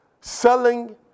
selling